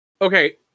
Okay